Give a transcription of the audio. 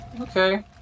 Okay